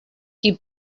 qui